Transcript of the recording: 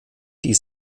die